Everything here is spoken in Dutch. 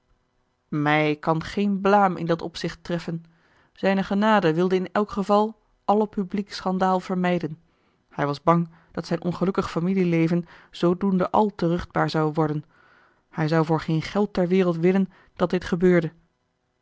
mij kan geen blaam in dat opzicht treffen zijne genade wilde in elk geval alle publiek schandaal vermijden hij was bang dat zijn ongelukkig familieleven zoodoende al te ruchtbaar zou worden hij zou voor geen geld ter wereld willen dat dit gebeurde